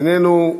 איננו,